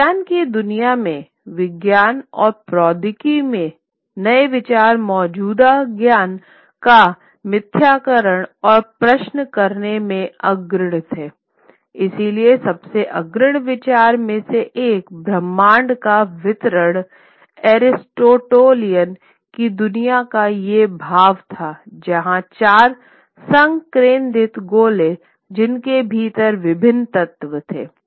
विज्ञान की दुनिया में विज्ञान और प्रौद्योगिकी में ये नए विचार मौजूदा ज्ञान का मिथ्याकरण और प्रश्न करने में अग्रणी थे इसलिए सबसे अग्रणी विचार में से एक ब्रह्माण्ड का वितरण अरिस्टोटेलियन की दुनिया का ये भाव था जहाँ चार संकेंद्रित गोले जिसके भीतर विभिन्न तत्व थे